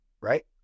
Right